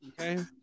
okay